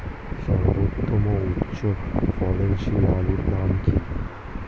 সর্বোত্তম ও উচ্চ ফলনশীল আলুর নাম কি?